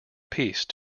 peace